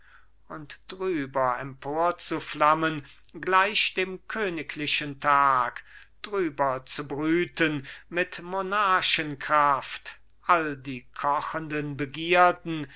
und drüber emporzuflammen gleich dem königlichen tag drüber zu brüten mit monarchenkraft all die kochenden begierden